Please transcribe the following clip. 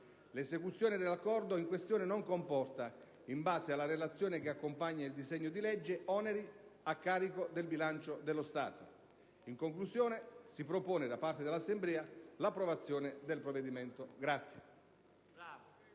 L'esecuzione dell'Accordo in questione non comporta, in base alla relazione che accompagna il disegno di legge, oneri a carico del bilancio dello Stato. In conclusione, si propone l'approvazione da parte dell'Assemblea del provvedimento.